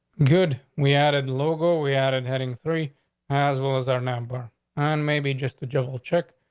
good. we added local we added heading three as well as our number and maybe just a general check.